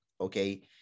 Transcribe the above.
Okay